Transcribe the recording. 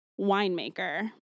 winemaker